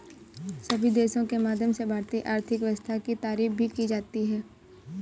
सभी देशों के माध्यम से भारतीय आर्थिक व्यवस्था की तारीफ भी की जाती है